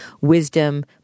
Wisdom